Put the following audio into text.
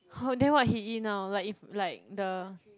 [ho] then what he eat now like if like the